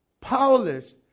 powerless